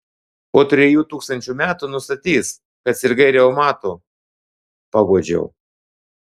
po trijų tūkstančių metų nustatys kad sirgai reumatu paguodžiau